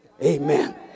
Amen